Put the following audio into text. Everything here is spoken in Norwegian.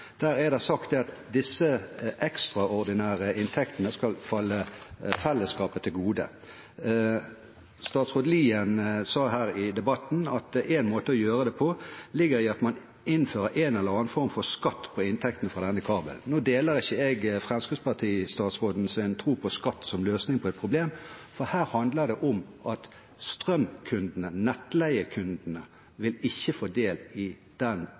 sagt at disse ekstraordinære inntektene skal komme fellesskapet til gode. Statsråd Lien sa her i debatten at én måte å gjøre det på er å innføre en eller annen form for skatt på inntektene fra denne kabelen. Nå deler ikke jeg fremskrittspartistatsrådens tro på skatt som løsning på et problem. For her handler det om at strømkundene, nettleiekundene, ikke vil få del i den